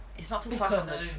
it's not too far fetch